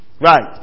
Right